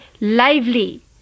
lively